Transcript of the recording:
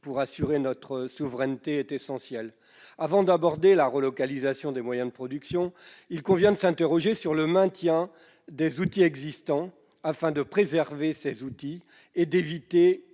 pour assurer notre souveraineté est fondamental à cet égard. Avant d'évoquer la relocalisation des moyens de production, il convient de s'interroger sur le maintien des outils existants afin de préserver ces outils et d'éviter